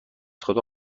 خدا